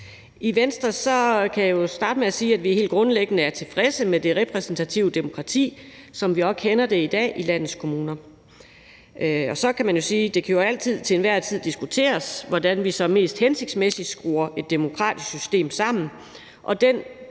Jeg kan jo starte med at sige, at vi i Venstre helt grundlæggende er tilfredse med det repræsentative demokrati, som vi også kender det i dag i landets kommuner. Og så kan man sige, at det jo til enhver tid kan diskuteres, hvordan vi så mest hensigtsmæssigt skruer et demokratisk system sammen,